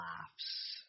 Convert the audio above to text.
laughs